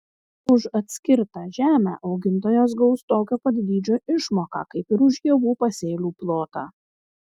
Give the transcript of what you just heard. už atskirtą žemę augintojas gaus tokio pat dydžio išmoką kaip ir už javų pasėlių plotą